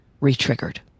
re-triggered